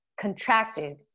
contracted